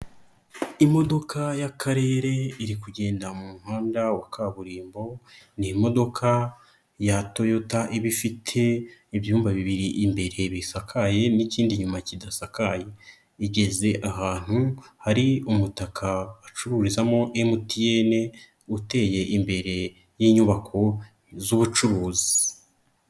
Imodoka y'Akarere iri kugenda mu muhanda wa kaburimbo, n'imodoka ya toyota iba ifite ibyumba bibiri imbere bisakaye n'ikindiyuma kidasakaye, igeze ahantu hari umutaka acururizamo MTN, uteye imbere y'inyubako z'ubucuruzi.